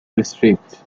district